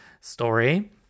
story